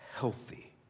healthy